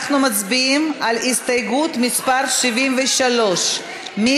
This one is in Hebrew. קבוצת סיעת המחנה הציוני,